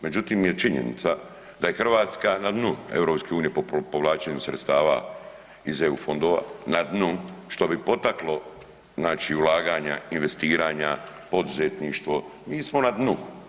Međutim je činjenica da je Hrvatska na dnu EU-a po povlačenju sredstava iz EU fondova, na dnu, što bi potaklo znači ulaganja, investiranja, poduzetništvo, mi smo na dnu.